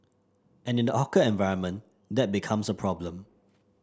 and in the hawker environment that becomes a problem